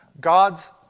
God's